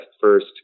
first